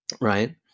Right